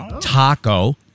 Taco